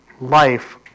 life